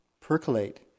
percolate